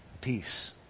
peace